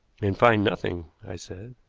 and find nothing, i said.